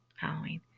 Halloween